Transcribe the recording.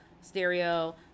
stereo